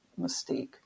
Mystique